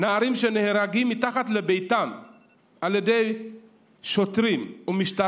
נערים נהרגים מתחת לביתם על ידי שוטרים ומשטרה